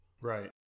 Right